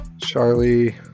Charlie